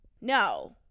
No